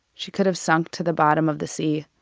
she could have sunk to the bottom of the sea.